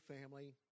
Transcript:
family